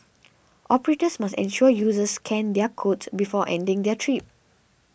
operators must ensure users scan their codes before ending their trip